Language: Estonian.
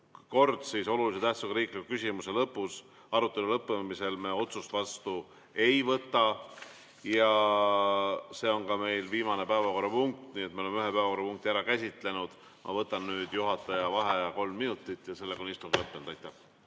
kord, et olulise tähtsusega riikliku küsimuse arutelu lõppemisel me otsust vastu ei võta. Ja see on meil ka viimane päevakorrapunkt, nii et me oleme ühe päevakorrapunkti ära käsitlenud. Ma võtan nüüd juhataja vaheaja kolm minutit ja sellega on istung lõppenud. Aitäh!